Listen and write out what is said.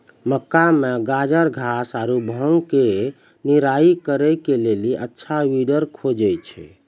मक्का मे गाजरघास आरु भांग के निराई करे के लेली अच्छा वीडर खोजे छैय?